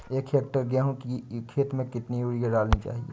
एक हेक्टेयर गेहूँ की खेत में कितनी यूरिया डालनी चाहिए?